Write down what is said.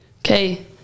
okay